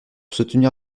soutenir